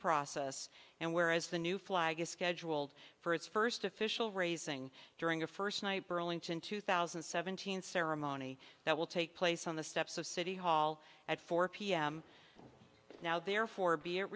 process and where as the new flag is scheduled for its first official raising during a first night burlington two thousand and seventeen ceremony that will take place on the steps of city hall at four pm now therefore be it